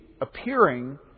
appearing